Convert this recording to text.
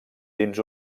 dins